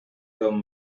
don